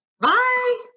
Bye